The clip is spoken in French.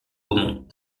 gaumont